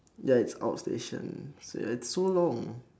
ya it's outstation so ya it's so long